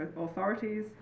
authorities